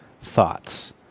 thoughts